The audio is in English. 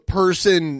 person